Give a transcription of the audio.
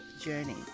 journey